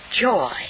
joy